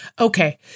Okay